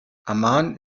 amman